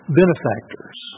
benefactors